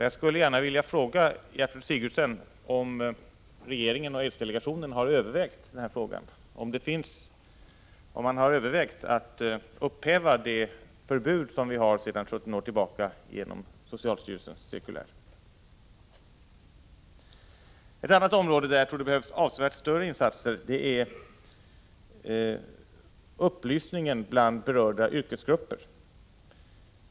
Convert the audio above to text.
Jag skulle gärna vilja fråga Gertrud Sigurdsen om regeringen och aidsdelegationen har övervägt frågan om att upphäva det förbud som vi har sedan 17 år tillbaka genom socialstyrelsens cirkulär. Ett annat område där jag tror det behövs avsevärt större insatser är upplysningen bland berörda yrkesgrupper.